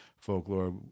folklore